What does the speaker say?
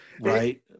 Right